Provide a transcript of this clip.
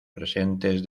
presentes